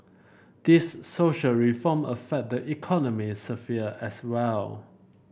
these social reform affect the economic sphere as well